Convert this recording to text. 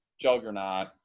juggernaut